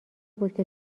بودم